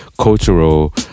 cultural